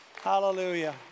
Hallelujah